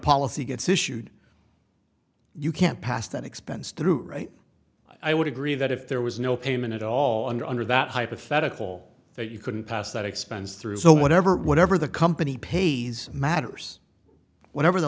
policy gets issued you can't pass that expense through right i would agree that if there was no payment at all under under that hypothetical that you couldn't pass that expense through so whatever whatever the company pays matters whatever the